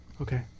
okay